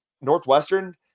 Northwestern